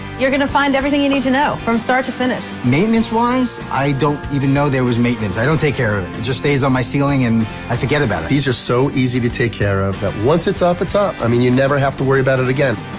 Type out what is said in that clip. you're gonna find everything you need to know from start to finish. maintenance-wise? i don't even know there was maintenance i don't take care of it just stays on my ceiling and i forget about it. these are so easy to take care of that once it's up its up i mean you never have to worry about it again.